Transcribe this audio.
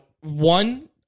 one